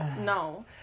No